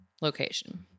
location